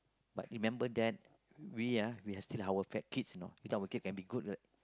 but remember that we are we're still our fat kids you know without working can be good